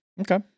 Okay